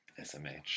SMH